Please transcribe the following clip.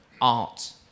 art